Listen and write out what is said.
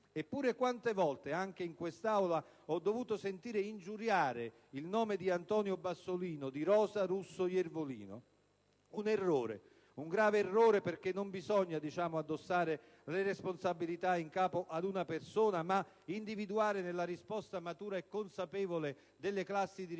Eppure quante volte anche in quest'Aula ho dovuto sentire ingiuriare il nome di Antonio Bassolino, di Rosa Russo Iervolino. Si è commesso un errore, un grave errore, perché non bisogna addossare le responsabilità in capo ad una persona, ma individuare nella risposta matura e consapevole delle classi dirigenti e